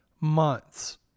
months